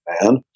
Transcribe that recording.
man